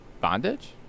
Bondage